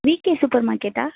VK super மார்க்கெட்டா